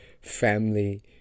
family